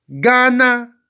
Ghana